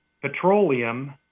petroleum